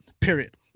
period